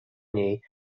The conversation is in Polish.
niej